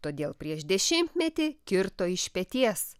todėl prieš dešimtmetį kirto iš peties